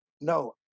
No